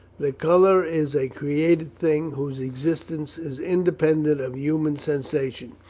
that colour is a created thing, whose existence is independent of human sensation,